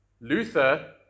Luther